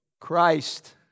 Christ